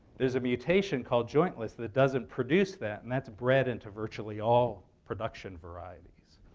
there's a mutation called jointless that doesn't produce that, and that's bred into virtually all production varieties.